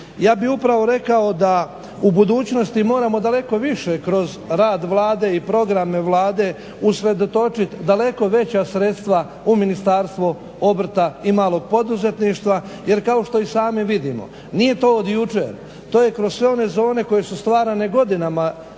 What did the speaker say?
Ja bih upravo rekao da u budućnosti moramo daleko više kroz rad Vlade i programe Vlade usredotočiti daleko veća sredstva u Ministarstvo obrta i malog poduzetništva jer kao što i sami vidimo nije to od jučer, to je kroz sve one zone koje su stvarane godinama